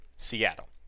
Seattle